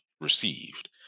received